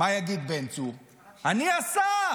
מה יגיד בן צור: אני השר,